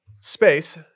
Space